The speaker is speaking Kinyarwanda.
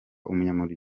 umunyarwanda